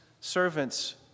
servants